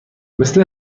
مثل